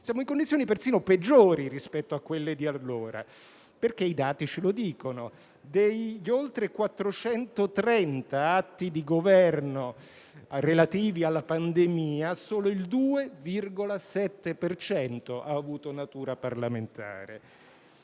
Siamo in condizioni persino peggiori rispetto a quelle di allora, perché ce lo dicono i dati: degli oltre 430 atti di Governo relativi alla pandemia solo il 2,7 per cento ha avuto natura parlamentare;